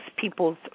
people's